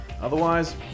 Otherwise